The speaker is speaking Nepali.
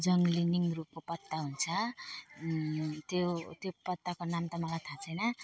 जङ्गली निहुरोको पत्ता हुन्छ त्यो त्यो पत्ताको नाम त मलाई थाहा छैन